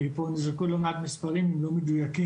כי פה נזרקו לא מעט מספרים לא מדויקים.